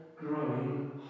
growing